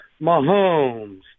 Mahomes